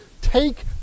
take